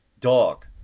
dog